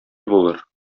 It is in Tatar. булыр